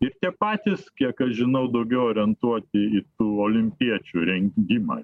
ir tie patys kiek aš žinau daugiau orientuoti į olimpiečių rengimą